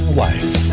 wife